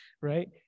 right